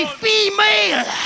female